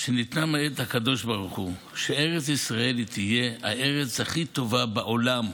שניתנה מאת הקדוש ברוך הוא שארץ ישראל תהיה הכי טובה בעולם,